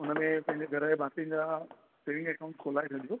हुन में पंहिंजे घर जे भातियुनि ॼा सेविंग एकाउंट खोलाए छॾियो